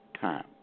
time